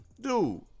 Dude